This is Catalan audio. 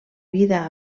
vida